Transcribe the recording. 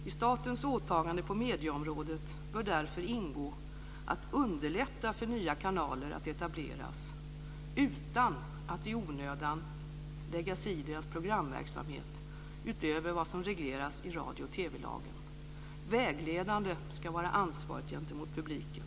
I statens åtaganden på medieområdet bör därför ingå att underlätta för nya kanaler att etableras utan att i onödan lägga sig i deras programverksamhet utöver vad som regleras i radio och TV lagen. Vägledande ska vara ansvaret gentemot publiken.